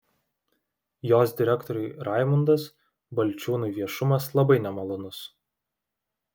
jos direktoriui raimundas balčiūnui viešumas labai nemalonus